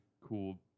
cool